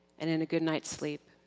and in a good night sleep.